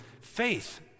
faith